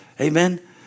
Amen